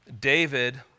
David